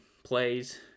plays